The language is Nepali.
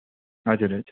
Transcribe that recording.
हजुर हजुर